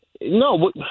No